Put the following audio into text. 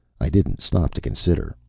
i didn't stop to consider.